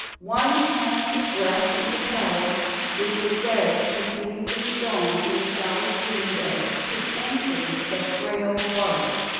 one hand grasping the paddle which was wedged between some stones in the shallow stream bed to anchor the frail bark,